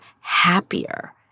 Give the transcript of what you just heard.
happier